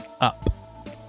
up